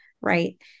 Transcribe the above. right